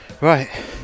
Right